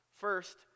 First